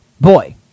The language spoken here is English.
boy